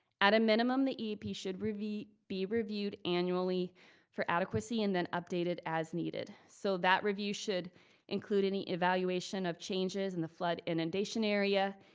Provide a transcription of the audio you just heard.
at a minimum, the eap should be reviewed annually for adequacy, and then updated as needed. so that review should include any evaluation of changes in the flood inundation area,